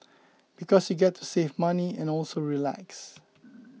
because you get to save money and also relax